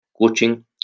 coaching